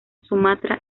sumatra